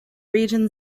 region